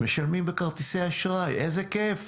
משלמים בכרטיסי אשראי, איזה כיף.